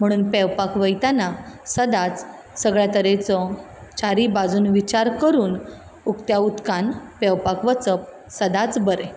म्हणून पेंवपाक वयताना सदांच सगळ्या तरेचो चारूय बाजून विचार करून उक्त्या उदकांच पेंवपाक वचप सदांच बरें